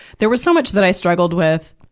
there was so much that i struggled with,